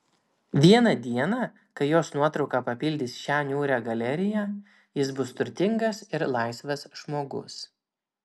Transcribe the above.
vieną dieną kai jos nuotrauka papildys šią niūrią galeriją jis bus turtingas ir laisvas žmogus